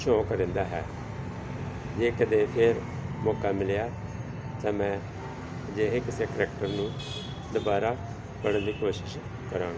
ਸ਼ੌਕ ਰਹਿੰਦਾ ਹੈ ਜੇ ਕਦੇ ਫੇਰ ਮੌਕਾ ਮਿਲਿਆ ਤਾਂ ਮੈਂ ਅਜਿਹੇ ਕਿਸੇ ਕਰੈਕਟਰ ਨੂੰ ਦੁਬਾਰਾ ਪੜ੍ਹਨ ਦੀ ਕੋਸ਼ਿਸ਼ ਕਰਾਂ